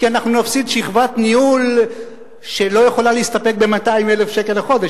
כי אנחנו נפסיד שכבת ניהול שלא יכולה להסתפק ב-200,000 שקל לחודש.